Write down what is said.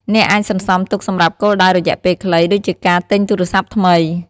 អ្នកអាចសន្សំទុកសម្រាប់គោលដៅរយៈពេលខ្លី ដូចជាការទិញទូរស័ព្ទថ្មី។